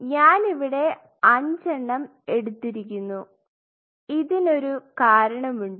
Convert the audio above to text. ഞാൻ ഇവിടെ 5എണ്ണം എടുത്തിരിക്കുന്നു ഇതിനൊരു കാരണമുണ്ട്